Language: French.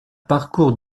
parcours